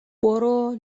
برو